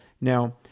Now